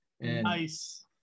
Nice